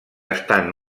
estan